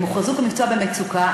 הם הוכרזו כמקצוע במצוקה,